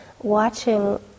watching